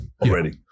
Already